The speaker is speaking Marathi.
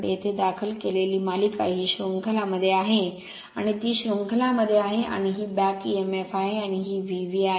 येथे दाखल केलेली मालिका ही शृंखलामध्ये आहे आणि ती शृंखलामध्ये आहे आणि ही बॅक एएमएफ आहे आणि ही व्ही आहे